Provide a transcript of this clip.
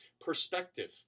perspective